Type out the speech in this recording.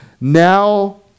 Now